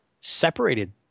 separated